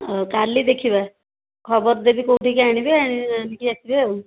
ହଉ କାଲି ଦେଖିବା ଖବର ଦେବି କେଉଁଠିକି ଆଣିବେ ଆଣିକି ଆସିବେ ଆଉ